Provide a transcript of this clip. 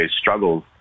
struggles